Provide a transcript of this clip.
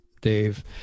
Dave